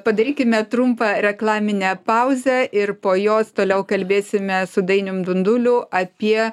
padarykime trumpą reklaminę pauzę ir po jos toliau kalbėsime su dainium dunduliu apie